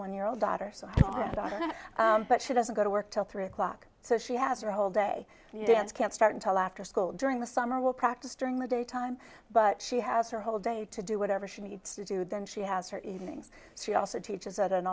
one year old daughter so but she doesn't go to work till three o'clock so she has her whole day and dance can't start until after school during the summer will practice during the daytime but she has her whole day to do whatever she needs to do then she has her evenings she also teaches at an